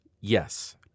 yes